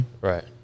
Right